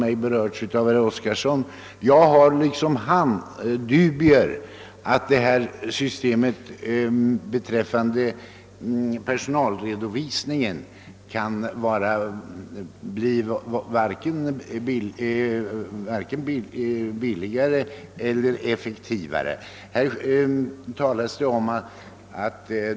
Jag har — på samma sätt som herr Oskarson — mina dubier om att det föreslagna systemet för personalredovisningenr kan bli billigare eller effektivare än det av utredningen föreslagna systemet.